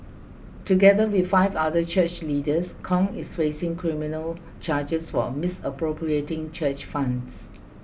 together with five other church leaders Kong is facing criminal charges for misappropriating church funds